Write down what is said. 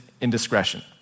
indiscretion